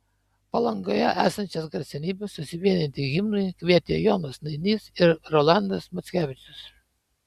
palangoje esančias garsenybes susivienyti himnui kvietė jonas nainys ir rolandas mackevičius